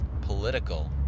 political